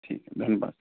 ठीक है धन्यवाद सर